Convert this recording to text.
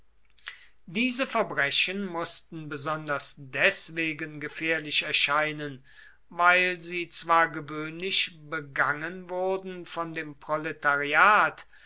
diese verbrechen mußten besonders deswegen gefährlich erscheinen weil sie zwar gewöhnlich begangen wurden von dem proletariat